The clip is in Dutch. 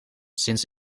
sinds